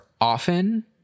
often